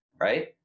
right